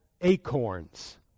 acorns